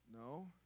No